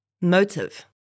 motive